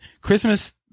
Christmas